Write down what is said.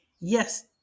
yes